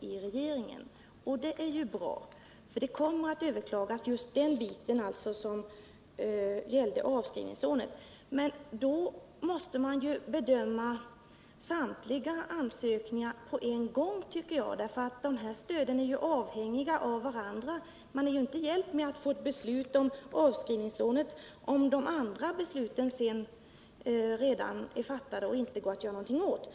Det är ju bra, för den del som gällde avskrivningslånet kommer att överklagas. Men då måste som jag ser det regeringen bedöma samtliga ansökningar på en gång, eftersom stöden är avhängiga av varandra. Man är inte hjälpt med att få ett beslut om avskrivningslånet, om de andra besluten redan är fattade och det inte går att göra någonting åt dem.